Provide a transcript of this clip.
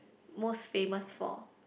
most famous for